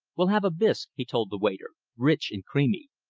we'll have a bisque, he told the waiter, rich and creamy.